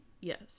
Yes